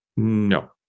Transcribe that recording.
No